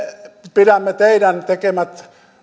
pidämme teidän tekemänne